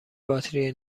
باتری